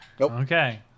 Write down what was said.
okay